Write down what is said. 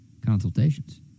Consultations